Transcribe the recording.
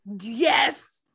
Yes